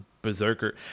berserker